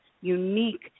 unique